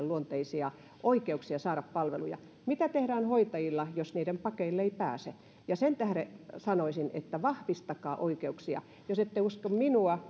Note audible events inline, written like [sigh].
[unintelligible] luonteisia oikeuksia saada palveluja mitä tehdään hoitajilla jos niiden pakeille ei pääse sen tähden sanoisin että vahvistakaa oikeuksia jos ette usko minua [unintelligible]